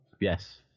Yes